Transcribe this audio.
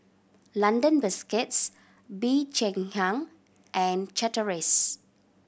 London Biscuits Bee Cheng Hiang and Chateraise